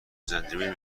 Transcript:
زنجبیل